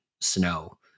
snow